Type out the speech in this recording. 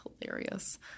hilarious